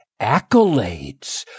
accolades